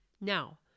Now